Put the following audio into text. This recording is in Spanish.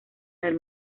del